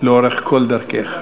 לאורך כל דרכך.